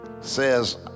says